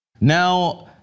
Now